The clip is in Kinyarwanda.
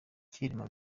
cyilima